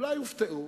אולי יופתעו,